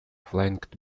flanked